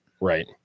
right